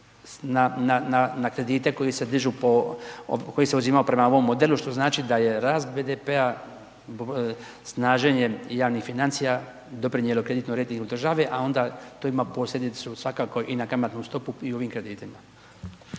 na kredite koji se uzimaju prema ovom modelu što znači da je rast BDP-a snaženje javnih financija doprinijelo kreditnom rejtingu države a onda to ima posljedicu svakako i na kamatnu stopu i u ovim kreditima.